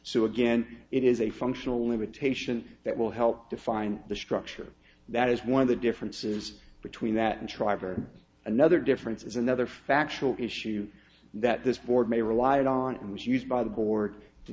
so again it is a functional limitation that will help define the structure that is one of the differences between that and try for another difference is another factual issue that this board may rely on and was used by the board to